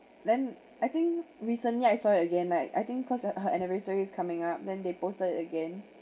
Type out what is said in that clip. then I think recently I saw it again like I think cause her anniversary is coming up then they posted it again